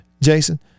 Jason